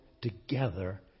together